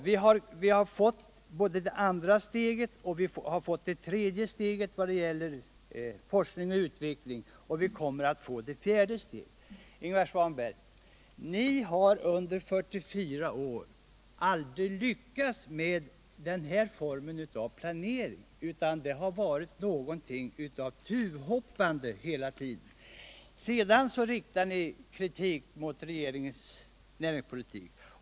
Vi har tagit både det andra steget och det tredje steget beträffande forskning och utveckling, och vi kommer också att ta det fjärde steget. Ingvar Svanberg, ni har under 44 år aldrig lyckats med den här formen av planering, utan det har hela tiden varit ett slags tuvhoppande. Sedan riktar ni en ofta allmän och svepande kritik mot regeringens näringspolitik.